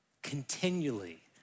continually